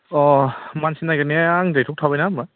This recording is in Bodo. अ मानसि नागिरनाया आंनि दायथ' थाबायना होनब्ला